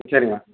சரி மேம்